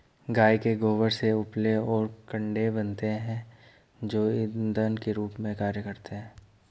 गाय के गोबर से उपले और कंडे बनते हैं जो इंधन के रूप में कार्य करते हैं